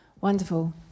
Wonderful